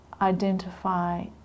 identify